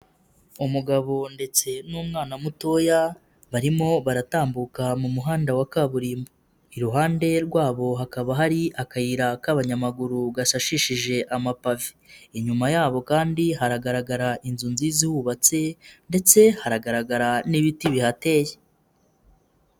Umugabo ndetse n'umwana mutoya barimo baratambuka mu muhanda wa kaburimbo, iruhande rwabo hakaba hari akayira k'abanyamaguru gasashishije amapavi, inyuma yabo kandi haragaragara inzu nzizahubatse ndetse haragaragara n'ibiti bihateye.